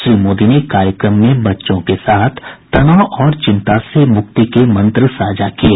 श्री मोदी ने कार्यक्रम में बच्चों के साथ तनाव और चिंता से मुक्ति के मंत्र साझा किये